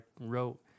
wrote